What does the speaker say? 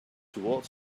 toward